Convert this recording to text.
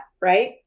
right